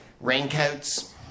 raincoats